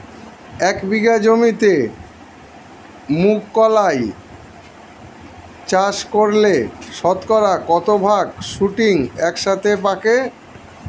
এক বিঘা জমিতে মুঘ কলাই চাষ করলে শতকরা কত ভাগ শুটিং একসাথে পাকে?